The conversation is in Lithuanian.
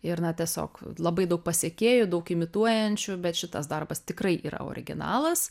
ir na tiesiog labai daug pasekėjų daug imituojančių bet šitas darbas tikrai yra originalas